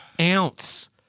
ounce